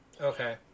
Okay